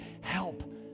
help